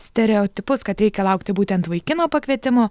stereotipus kad reikia laukti būtent vaikino pakvietimo